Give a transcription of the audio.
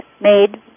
made